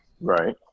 Right